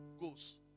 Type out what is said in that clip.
goes